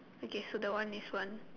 okay so the one is one